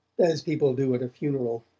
as people do at a funeral.